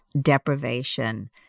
deprivation